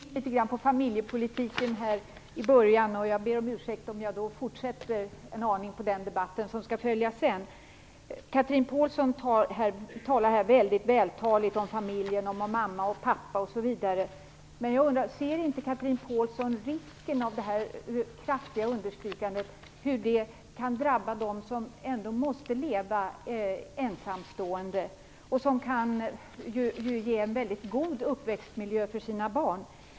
Fru talman! Chatrine Pålsson kom ändå in litet grand på familjepolitiken i början av sitt anförande. Jag ber om ursäkt om jag genom att ta upp det föregriper den debatt en aning som skall följa senare. Chatrine Pålsson yttrade sig väldigt vältaligt om familjen, om mamma och pappa osv. Jag undrar då: Ser inte Chatrine Pålsson risken för att detta kraftiga understrykande drabbar dem som ändå måste leva ensamstående och som ju kan ha möjlighet att erbjuda sina barn en väldigt god uppväxtmiljö?